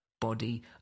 body